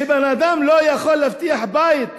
כשבן-אדם לא יכול להבטיח בית,